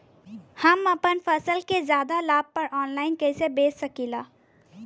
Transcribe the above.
हम अपना फसल के ज्यादा लाभ पर ऑनलाइन कइसे बेच सकीला?